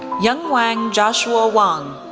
younggwang joshua wang,